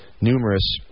numerous